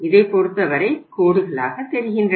இதை பொறுத்த வரை கோடுகளாக தெரிகின்றன